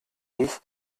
ich